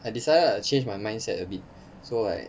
I decided to change my mindset a bit so like